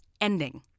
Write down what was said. ending